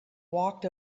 walked